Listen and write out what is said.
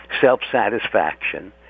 self-satisfaction